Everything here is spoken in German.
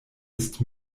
ist